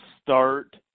start